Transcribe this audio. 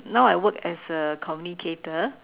now I work as a communicator